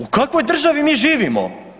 U kakvoj državi mi živimo?